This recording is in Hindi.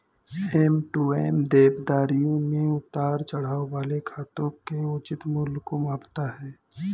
एम.टू.एम देनदारियों में उतार चढ़ाव वाले खातों के उचित मूल्य को मापता है